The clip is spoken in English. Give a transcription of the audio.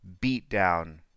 beatdown